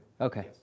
Okay